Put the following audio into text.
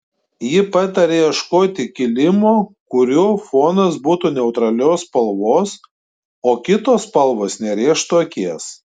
ji pataria ieškoti kilimo kurio fonas būtų neutralios spalvos o kitos spalvos nerėžtų akies